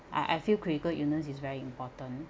I I feel critical illness is very important